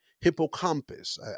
hippocampus